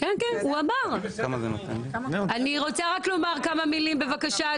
אני רק רוצה לומר כמה מילים בבקשה,